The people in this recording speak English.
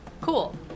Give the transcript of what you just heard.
Cool